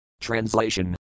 Translation